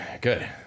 good